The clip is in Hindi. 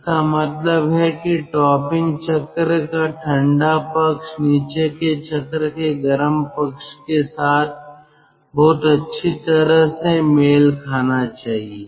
इसका मतलब है कि टॉपिंग चक्र का ठंडा पक्ष नीचे के चक्र के गर्म पक्ष के साथ बहुत अच्छी तरह से मेल खाना चाहिए